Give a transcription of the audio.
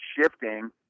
shifting